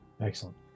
Excellent